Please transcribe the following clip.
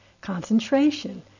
concentration